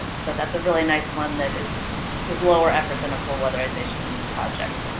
so, that's a really nice one that is is lower effort than a full-weatherization project.